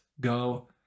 go